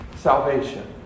salvation